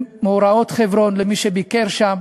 מאורעות חברון, למי שביקר שם,